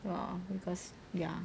well because ya